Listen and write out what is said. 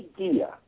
idea